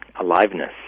aliveness